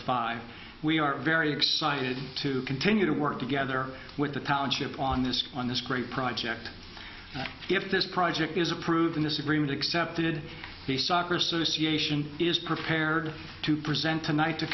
by we are very excited to continue to work together with the talent ship on this on this great project if this project is approved in this agreement accepted the soccer association is prepared to present tonight to